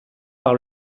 par